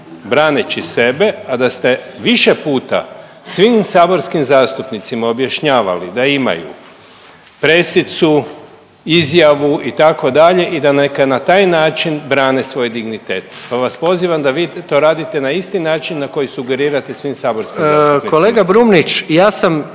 braneći sebe a da ste više puta svim saborskim zastupnicima objašnjavali da imaju presicu, izjavu itd. i da neka na taj način brane svoj dignitet, pa vas pozivam da vi to radite na isti način na koji sugerirate svim saborskim zastupnicima.